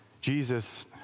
Jesus